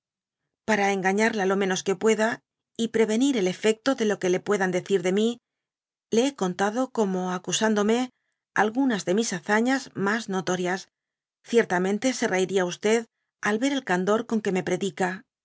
para engañarla lo menos que pueda y prevenir el efecto de lo que le puedan decir de mi le hé contado como acusándome algunas de mis hazañas mas notorias ciertamente se reiria al ver el candor con que me predica